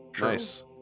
Nice